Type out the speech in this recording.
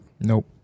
Nope